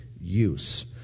use